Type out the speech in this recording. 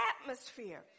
atmosphere